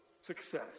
success